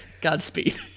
Godspeed